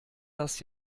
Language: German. das